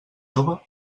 jove